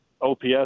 OPS